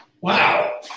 Wow